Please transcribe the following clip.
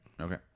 Okay